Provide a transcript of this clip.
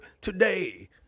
today